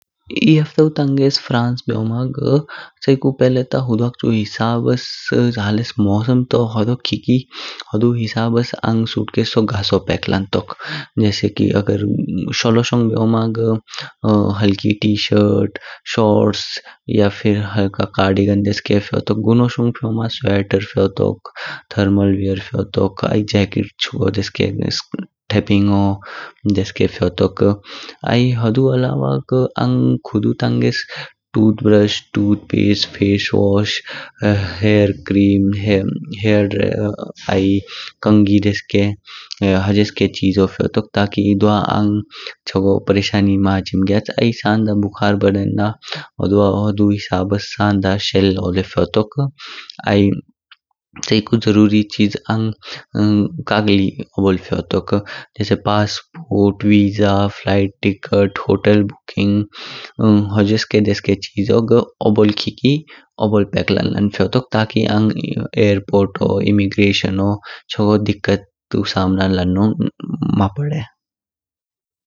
एह हफ्तौ ताङेस फ्रांस बेयोमा घूम्नु छ्यिकु पहले ताः हुणड़क्चु हिसाबस हैलस मौसम तु होदो खिकी हुणु हिसाबस आङ सुठीकेसोव गैसो पैक लेंटोक। जेसे शोलो सोंग बेयोमा घ हल्की टी-शर्ट्स, शॉर्ट्स या फिर हल्का कार्डिगेन देसकें फाइयोटोक। गूणो शोंग बेयोमा स्वेटर फियोटोक, थर्मल वेयर फियोटोक ऐ जेक्केट चुगो देसके, थेपियों देसके फियोटोक। हुणु अलावा घ आङ खुडू ताङेस tooth brush, tooth paste, face wash, hair cream, hair hair. कांगी देसके हजेसेकें चीजो फियोटोक ताकि हुंडवा आङ चागो परेशानी माँ हाचिम ज्ञाच। ऐ साण्डा बुखार बडेन हुणुवा हुणु हिसाबस साण्डा शेलौव ल्याई फियोटोक। ऐ छ्यिकु जरूरी चीज आङ कागली ओबोल फियोटोक। Passport, visa, flight ticket, hotel booking हजेसे के देसके चीजो घ ओबोल खिकी ओबोल पैक लाना लाना फियोटोक। ताकि आङ एयरपोर्टो, इमिग्रेशनो चागो दिक्कतू सामना लानो माँ पडे।